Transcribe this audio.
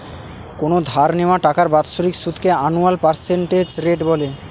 কোনো ধার নেওয়া টাকার বাৎসরিক সুদকে আনুয়াল পার্সেন্টেজ রেট বলে